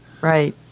Right